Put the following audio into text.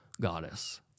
goddess